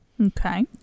Okay